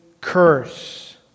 curse